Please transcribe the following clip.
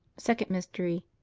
second mystery.